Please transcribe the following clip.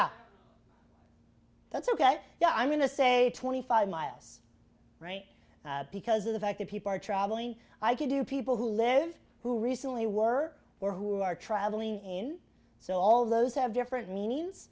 yeah that's ok yeah i'm going to say twenty five miles right because of the fact that people are traveling i could do people who live who recently were or who are traveling in so all those have different meanings